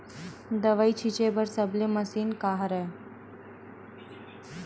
दवाई छिंचे बर सबले मशीन का हरे?